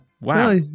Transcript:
Wow